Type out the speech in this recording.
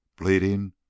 bleeding